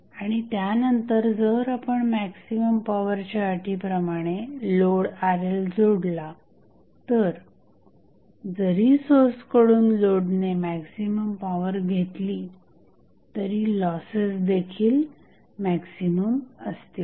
आणि त्यानंतर जर आपण मॅक्झिमम पॉवर च्या अटी प्रमाणे लोड RL जोडला तर जरी सोर्सकडून लोडने मॅक्झिमम पॉवर घेतली तरी लॉसेस देखील मॅक्झिमम असतील